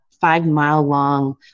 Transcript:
five-mile-long